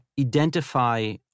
identify